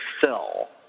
sell